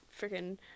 freaking